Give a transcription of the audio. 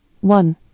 One